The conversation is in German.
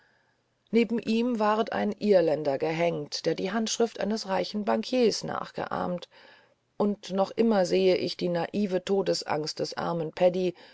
neben ihm ward ein irländer gehenkt der die handschrift eines reichen bankiers nachgeahmt noch immer sehe ich die naive todesangst des armen paddy